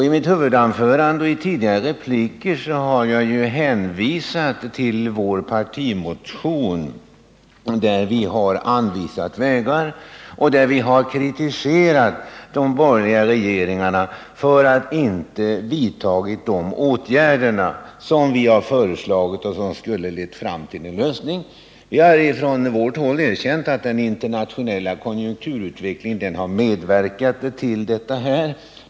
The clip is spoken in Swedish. I mitt huvudanförande och i repliker har jag hänvisat till vår partimotion, där vi har pekat på sådana vägar och där vi har kritiserat de borgerliga regeringarna för att de inte har vidtagit de åtgärder som vi har föreslagit och som skulle ha lett fram till en lösning. Vi har från vårt håll erkänt att den internationella konjunkturutvecklingen har medverkat till att så inte har skett.